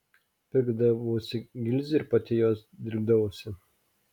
pirkdavosi gilzių ir pati juos dirbdavosi